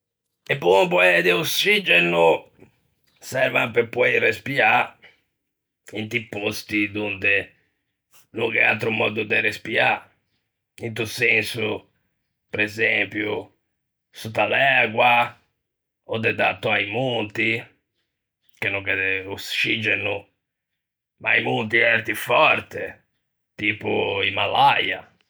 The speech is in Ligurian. E bomboe de oscigeno servan pe poei respiâ inti pòsti donde no gh'é atro mòddo de respiâ, into senso, presempio, sotta à l'ægua, ò de d'ato a-o monti, che no gh'é oscigeno, mai i monti erti fòrte, tipo Himalaya.